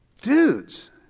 dudes